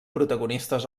protagonistes